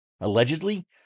Allegedly